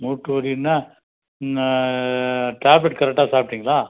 மூட்டு வலின்னா டேப்லெட் கரெட்டாக சாப்பிடிங்களா